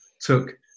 took